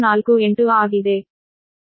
1548 ಆಗಿದೆ